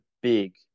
big